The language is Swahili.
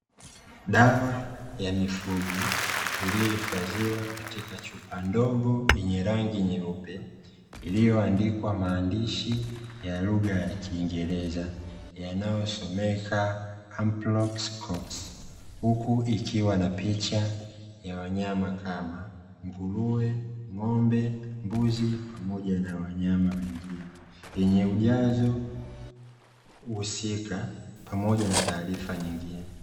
Dawa ya mifugo iliyohifadhiwa katika chupa ndogo yenye rangi nyeupe, iliyoandikwa maandishi ya lugha ya kiingereza yanayosomeka "Amproxcox", huku ikiwa na picha ya wanyama kama: nguruwe, ng'ombe, mbuzi pamoja na wanyama wengine, yenye ujazo husika pamoja na taarifa nyingine.